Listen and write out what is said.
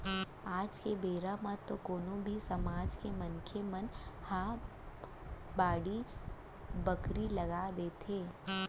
आज के बेरा म तो कोनो भी समाज के मनसे मन ह बाड़ी बखरी लगा लेथे